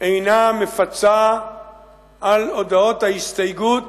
אינה מפצה על הודעות ההסתייגות